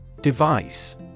Device